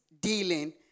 dealing